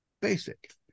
Basic